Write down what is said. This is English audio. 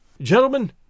Gentlemen